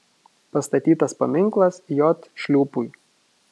pastatytas paminklas j šliūpui